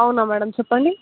అవునా మ్యాడమ్ చెప్పండి